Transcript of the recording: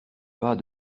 pas